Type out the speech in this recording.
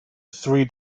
three